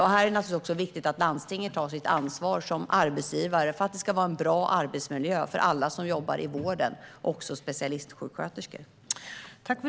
Här är det naturligtvis viktigt att landstingen tar sitt ansvar som arbetsgivare så att det är en bra arbetsmiljö för alla som jobbar i vården, också för specialistsjuksköterskor.